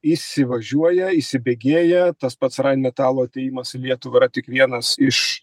įsivažiuoja įsibėgėja tas pats rainmetalo atėjimas į lietuvą yra tik vienas iš